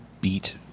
beat